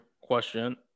question